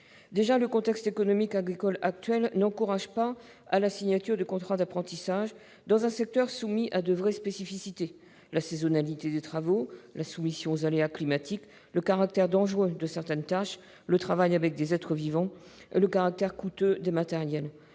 que le contexte économique agricole actuel n'encourage déjà pas à la signature de contrats d'apprentissage dans un secteur soumis à de vraies spécificités- la saisonnalité des travaux, la soumission aux aléas climatiques, le caractère dangereux de certaines tâches, le travail avec des êtres vivants, le caractère coûteux du matériel.